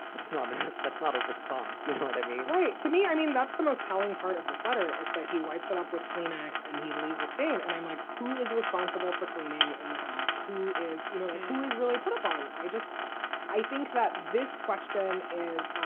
it's not that's not a response. you know what i mean right. to me, i mean, that's the most telling part of this letter is that he wipes it up with kleenex and he leaves a stain. and i'm like, who is responsible for cleaning in the house? who is you know and who is really put up on? i just i think that this question is,